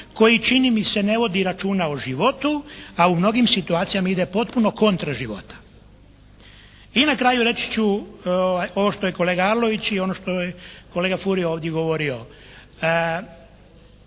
koji čini mi se ne vodi računa o životu, a u mnogim situacijama ide potpuno kontra života. I na kraju reći ću ovo što je kolega Arlović i ono što je kolega Furio ovdje govorio.